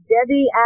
Debbie